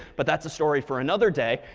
but that's a story for another day.